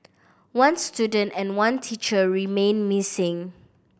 one student and one teacher remain missing